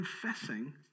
confessing